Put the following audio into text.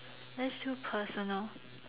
let's do personal